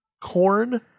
Corn